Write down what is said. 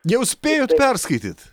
jau spėjot perskaityt